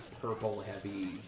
purple-heavy